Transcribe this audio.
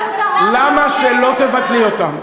למה שלא תבטלי אותן?